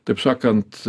taip sakant